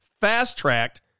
fast-tracked